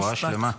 רפואה שלמה.